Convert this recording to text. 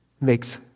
makes